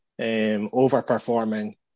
overperforming